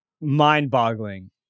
mind-boggling